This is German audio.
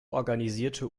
organisierte